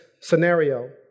scenario